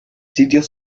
sitios